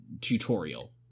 tutorial